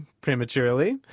prematurely